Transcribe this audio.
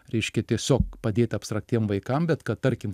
reiškia tiesiog padėt abstraktiem vaikam bet kad tarkim